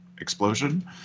explosion